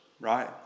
right